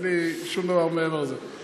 אין לי שום דבר מעבר לזה.